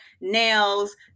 nails